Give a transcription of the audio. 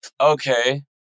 okay